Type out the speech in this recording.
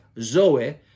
zoe